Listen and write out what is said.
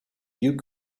you